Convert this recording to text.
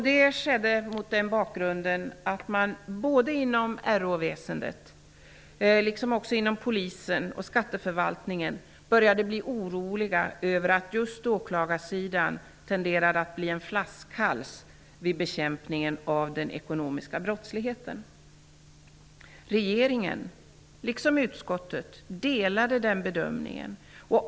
Detta skedde mot bakgrund av att man inom såväl RÅ väsendet som inom Polisen och skatteförvaltningen började bli orolig över att just åklagarsidan tenderade att bli en flaskhals vid bekämpningen av den ekonomiska brottsligheten. Regeringen liksom utskottet delade bedömningen.